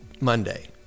Monday